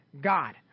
God